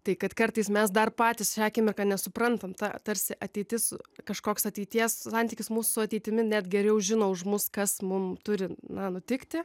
tai kad kartais mes dar patys šią akimirką nesuprantam ta tarsi ateitis kažkoks ateities santykis mūsų su ateitimi net geriau žino už mus kas mum turi nutikti